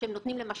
לא תחרות.